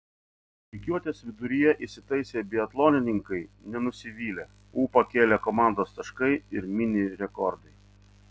rikiuotės viduryje įsitaisę biatlonininkai nenusivylė ūpą kėlė komandos taškai ir mini rekordai